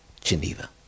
Geneva